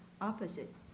opposite